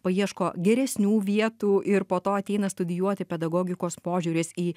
paieško geresnių vietų ir po to ateina studijuoti pedagogikos požiūris į